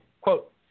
Quote